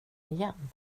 igen